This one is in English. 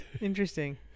Interesting